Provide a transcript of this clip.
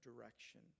direction